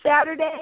Saturday